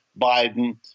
Biden